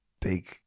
big